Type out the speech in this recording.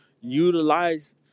Utilize